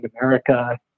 America